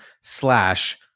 slash